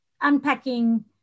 unpacking